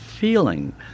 feeling